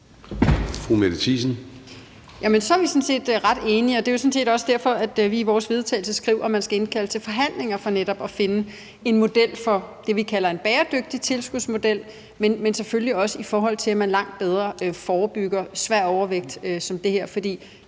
så er vi sådan set ret enige, og det er jo også derfor, vi i vores forslag til vedtagelse skriver, at man skal indkalde til forhandlinger for netop at finde det, som vi kalder en bæredygtig tilskudsmodel, men selvfølgelig også i forhold til at man langt bedre forebygger svær overvægt. For det, der i